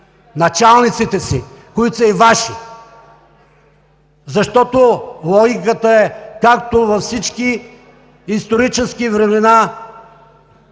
началниците си, които са и Ваши! Защото логиката е, както във всички исторически времена: